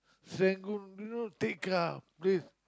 Serangoon you know Tekka-Place